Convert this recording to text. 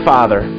Father